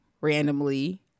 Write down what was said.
randomly